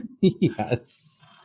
Yes